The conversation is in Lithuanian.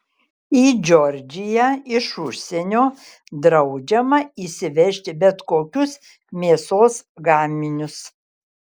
į džordžiją iš užsienio draudžiama įsivežti bet kokius mėsos gaminius